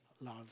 love